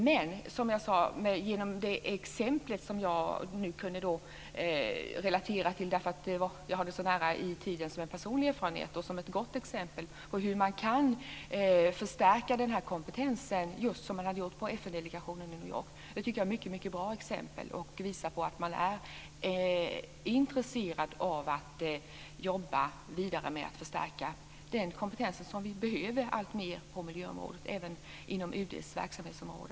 Men jag gav ett exempel som jag kunde relatera till därför att det är en personlig erfarenhet som ligger så nära i tiden, och det är ett gott exempel som visar att man kan förstärka den här kompetensen just som man gjorde på FN-delegationen i New York. Jag tycker att det är ett mycket bra exempel som visar att man är intresserad av att jobba vidare med att förstärka den kompetens som vi alltmer behöver på miljöområdet, även inom UD:s verksamhetsområde.